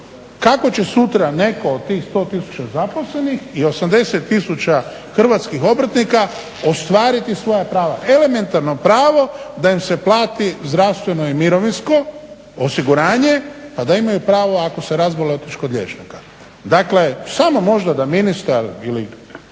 kako će sutra netko od tih 100000 zaposlenih i 80000 hrvatskih obrtnika ostvariti svoja prava, elementarno pravo da im se plati zdravstveno i mirovinsko osiguranje pa da imaju pravo ako se razbole otići kod liječnika. Dakle, samo možda da ministar ili